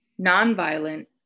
Nonviolent